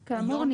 כאמור,